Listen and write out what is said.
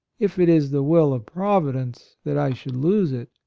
if it is the will of provi dence that i should lose it.